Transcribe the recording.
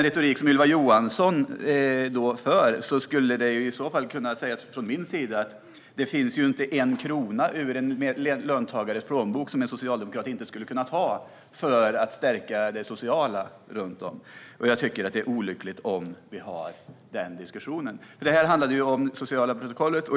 Med Ylva Johanssons retorik skulle jag för min del kunna säga att det inte finns en enda krona i en löntagares plånbok som en socialdemokrat inte skulle kunna ta för att stärka det sociala runt om. Jag tycker att det är olyckligt om vi har en sådan diskussion. Detta handlar ju om det sociala protokollet.